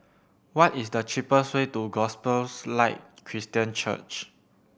what is the cheapest way to Gospels Light Christian Church